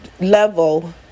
level